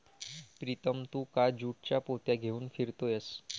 प्रीतम तू का ज्यूटच्या पोत्या घेऊन फिरतोयस